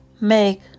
Make